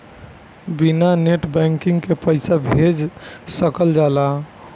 बिना net banking के पईसा भेज सकल जाला?